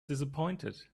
disappointed